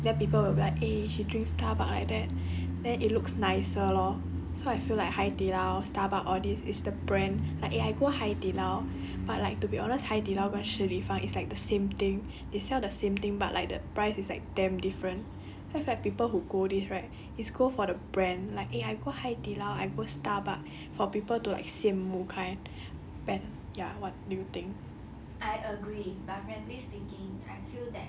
the starbucks logo when they hold it than they walk then people will like eh she drink starbucks like that then it looks nicer lor so I feel like 海底捞 starbucks all these is the brand like if I go 海底捞 but like to be honest 海底捞跟 shi li fang is like the same thing they sell the same thing but like the price is like damn different cause like people who go this right is go for the brand like I go hai di lao I go starbucks for people to 羡慕 kind like ya what do you think